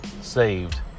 Saved